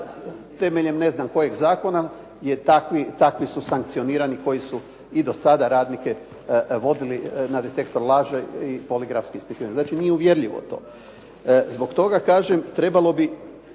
temeljem ne znam kojeg zakona je takvih, takvi su sankcionirani koji su i do sada radnike vodili na detektor laži i poligrafsko ispitivanje. Znači nije uvjerljivo to. Zbog toga kažem trebalo bi,